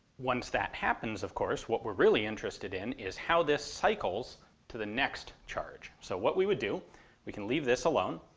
once that happens, of course, what we're really interested in is how this cycles to the next charge. so what we would do we can leave this alone,